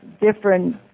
different